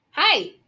Hi